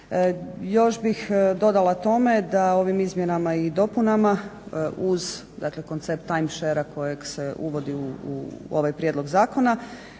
Još bih dodala tome da ovim izmjenama i dopunama uz dakle koncept time sharea kojeg se uvodi u ovaj prijedlog zakona,